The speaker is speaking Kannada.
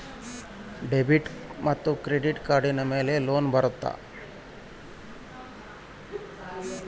ಡೆಬಿಟ್ ಮತ್ತು ಕ್ರೆಡಿಟ್ ಕಾರ್ಡಿನ ಮೇಲೆ ಲೋನ್ ಬರುತ್ತಾ?